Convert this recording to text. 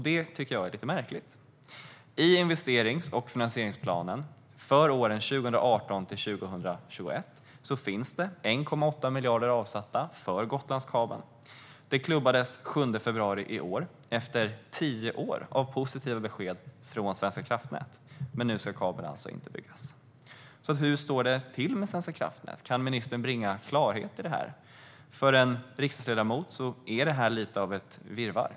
Det är märkligt. I investerings och finansieringsplanen för åren 2018-2021 är 1,8 miljarder avsatta för Gotlandskabeln. Detta klubbades den 7 februari i år efter tio år av positiva besked från Svenska kraftnät. Men nu ska kabeln alltså inte byggas. Hur står det till med Svenska kraftnät? Kan ministern bringa klarhet i detta? För en riksdagsledamot är detta något av ett virrvarr.